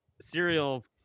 serial